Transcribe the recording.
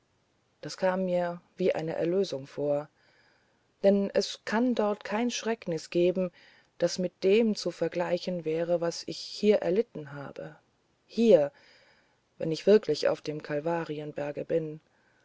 das kam mir wie eine erlösung vor denn es kann dort kein schrecknis geben das mit dem zu vergleichen wäre was ich hier erlitten habe hier wenn ich wirklich auf dem kalvarienberge bin